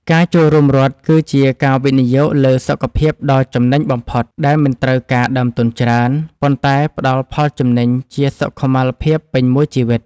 ការចូលរួមរត់គឺជាការវិនិយោគលើសុខភាពដ៏ចំណេញបំផុត ដែលមិនត្រូវការដើមទុនច្រើន ប៉ុន្តែផ្ដល់ផលចំណេញជាសុខុមាលភាពពេញមួយជីវិត។